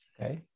Okay